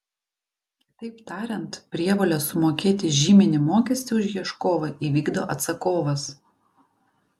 kitaip tariant prievolę sumokėti žyminį mokestį už ieškovą įvykdo atsakovas